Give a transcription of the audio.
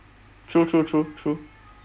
true true true true